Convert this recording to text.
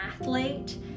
athlete